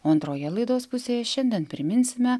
o antroje laidos pusėje šiandien priminsime